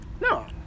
no